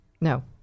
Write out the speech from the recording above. No